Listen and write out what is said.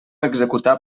executar